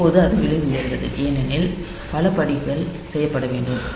இப்போது அது விலை உயர்ந்தது ஏனெனில் பல படிகள் செய்யப்பட வேண்டும்